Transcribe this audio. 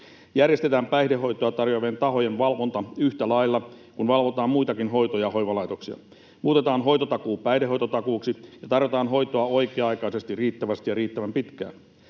Järjestetään päihdehoitoa tarjoavien tahojen valvonta yhtä lailla kuin valvotaan muitakin hoito- ja hoivalaitoksia. Muutetaan hoitotakuu päihdehoitotakuuksi ja tarjotaan hoitoa oikea-aikaisesti, riittävästi ja riittävän pitkään.